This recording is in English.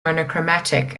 monochromatic